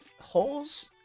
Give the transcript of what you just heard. holes